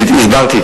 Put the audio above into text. הסברתי,